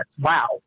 wow